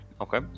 Okay